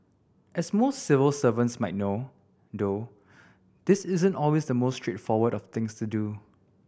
as most civil servants might know though this isn't always the most straightforward of things to do